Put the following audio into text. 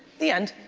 the end.